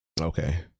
Okay